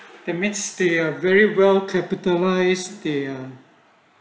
the means they are very well capitalized they are